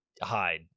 hide